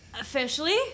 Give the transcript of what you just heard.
Officially